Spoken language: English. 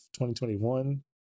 2021